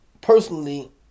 personally